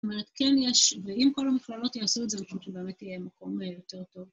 כן יש, ואם כל המכללות יעשו את זה, אני חושבת שבאמת יהיה מקום יותר טוב.